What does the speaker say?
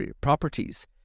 properties